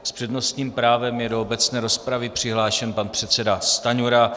S přednostním právem je do obecné rozpravy přihlášen pan předseda Stanjura.